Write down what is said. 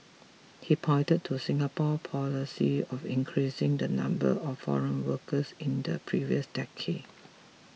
he pointed to Singapore policy of increasing the number of foreign workers in the previous decade